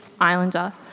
Islander